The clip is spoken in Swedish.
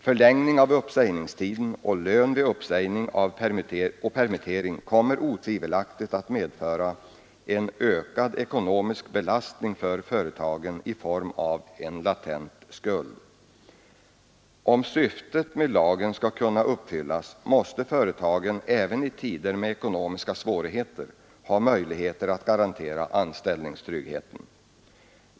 Förlängning av uppsägningstiden och lön vid uppsägning och permittering kommer otvivelaktigt att medföra en ökad ekonomisk belastning för företagen i form av en latent skuld. Om syftet med lagen skall kunna uppfyllas måste företagen även i tider med ekonomiska svårigheter ha möjligheter att garantera anställningstryggheten.